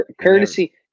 Courtesy